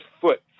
foot